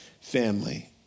family